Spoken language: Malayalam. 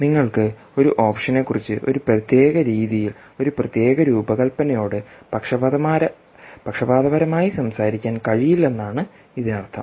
നിങ്ങൾക്ക് ഒരു ഓപ്ഷനെക്കുറിച്ച് ഒരു പ്രത്യേക രീതിയിൽ ഒരു പ്രത്യേക രൂപകൽപ്പനയോട് പക്ഷപാതപരമായി സംസാരിക്കാൻ കഴിയില്ലെന്നാണ് ഇതിനർത്ഥം